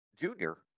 Junior